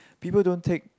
people don't take